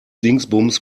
dingsbums